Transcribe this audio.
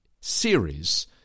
series